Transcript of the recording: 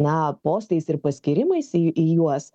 na postais ir paskyrimais į į juos